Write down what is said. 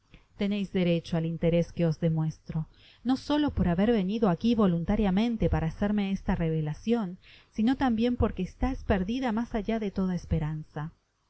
teneis derecho al interés que os demuestro no solo por haber venido aqui voluntariamente para hacerme está revelacion sino tambien porque estais perdida mas allá de toda esperanza